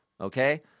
Okay